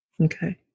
Okay